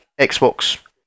Xbox